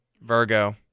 Virgo